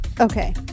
Okay